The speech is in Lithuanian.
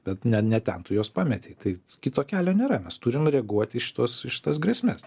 bet ne ne ten tu juos pametei tai kito kelio nėra mes turime reaguot į šituos į šitas grėsmes